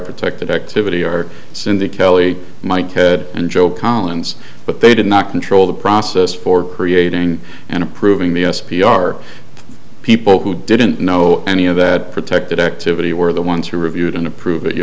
protected activity or cindy kelly might head and job collins but they did not control the process for creating and approving the s p r people who didn't know any of that protected activity were the ones who reviewed and approved it you